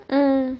mm